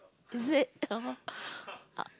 is it oh